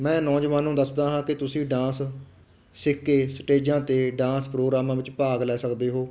ਮੈਂ ਨੌਜਵਾਨਾਂ ਨੂੰ ਦੱਸਦਾ ਹਾਂ ਕਿ ਤੁਸੀਂ ਡਾਂਸ ਸਿੱਖ ਕੇ ਸਟੇਜਾਂ 'ਤੇ ਡਾਂਸ ਪ੍ਰੋਗਰਾਮਾਂ ਵਿੱਚ ਭਾਗ ਲੈ ਸਕਦੇ ਹੋ